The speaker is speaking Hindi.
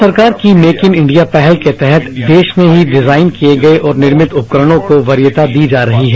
भारत सरकार की मेक इन इंडिया पहल के तहत देश में ही डिजाइन किए गए और निर्मित उपकरणों को वरीयता दी जा रही है